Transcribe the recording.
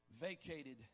vacated